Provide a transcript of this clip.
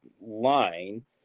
line